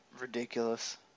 ridiculous